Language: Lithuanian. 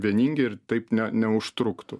vieningi ir taip ne neužtruktų